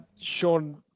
Sean